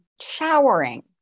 showering